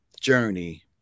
Journey